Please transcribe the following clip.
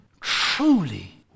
truly